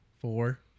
four